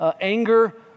Anger